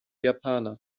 japaner